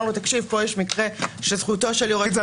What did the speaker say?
לו שיש מקרה שזכותו של יורש נפגעת --- בקיצור,